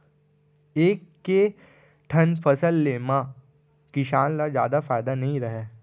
एके ठन फसल ले म किसान ल जादा फायदा नइ रहय